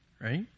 Right